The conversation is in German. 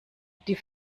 die